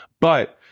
But-